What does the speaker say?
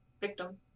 victim